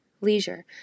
leisure